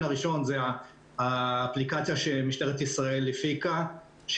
הראשון הוא האפליקציה שמשטרת ישראל הפיקה,